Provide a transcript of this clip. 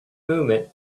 movement